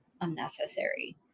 unnecessary